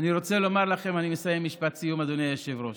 אני מסיים, משפט סיום, אדוני היושב-ראש.